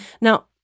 now